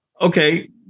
okay